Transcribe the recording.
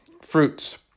Fruits